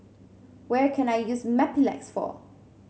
what can I use Mepilex for